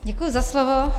Děkuji za slovo.